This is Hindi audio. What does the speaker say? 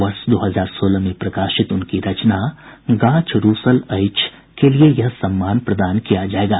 वर्ष दो हजार सोलह में प्रकाशित उनकी रचना गाछ रूसल अछि के लिए यह सम्मान प्रदान किया जायेगा